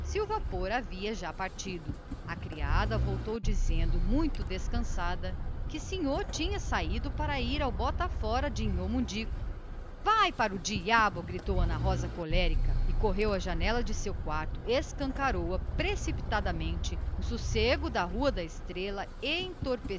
vapor havia largado já a criada tornou dizendo muito descansada que sinhô tinha saído de manhãzinha cedo para o bota fora de nhô mundico vai para o diabo gritou ana rosa colérica e correu à janela do seu quarto escancarou a precipitadamente o sossego da rua da estrela